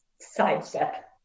sidestep